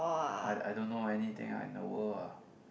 I I don't know anything I know world